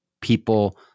people